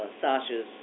Sasha's